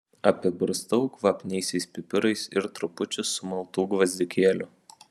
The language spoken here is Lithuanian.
apibarstau kvapniaisiais pipirais ir trupučiu sumaltų gvazdikėlių